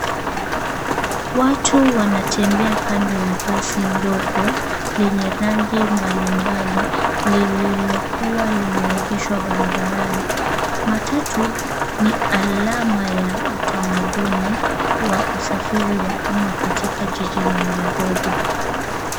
Watu wanatembea kado ya basi dogo lenye rangi mbali mbali lililokuwa limeegeshwa barabarani. Matatu ni alama ya utamaduni ya usafiri wa umma katika jiji la Nairobi.